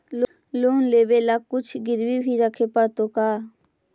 Loan लेबे ल कुछ गिरबी भी रखे पड़तै का?